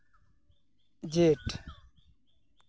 ᱡᱷᱮᱸᱴ